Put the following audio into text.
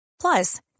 Plus